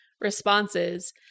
responses